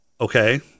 Okay